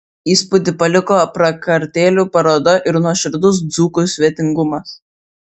įspūdį paliko prakartėlių paroda ir nuoširdus dzūkų svetingumas